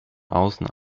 außen